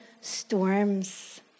storms